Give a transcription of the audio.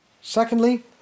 Secondly